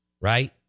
Right